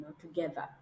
together